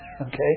Okay